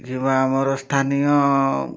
ଯିବା ଆମର ସ୍ଥାନୀୟ